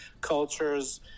cultures